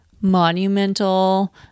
monumental